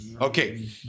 Okay